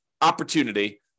opportunity